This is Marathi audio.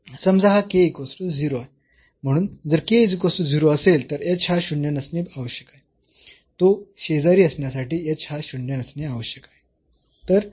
समजा हा आहे म्हणून जर असेल तर h हा शून्य नसणे आवश्यक आहे तो शेजारी असण्यासाठी h हा शून्य नसणे आवश्यक आहे